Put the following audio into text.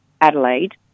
Adelaide